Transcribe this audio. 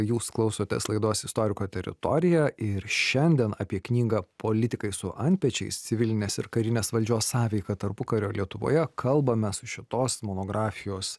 jūs klausotės laidos istoriko teritorija ir šiandien apie knygą politikai su antpečiais civilinės ir karinės valdžios sąveika tarpukario lietuvoje kalbame su šitos monografijos